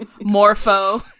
morpho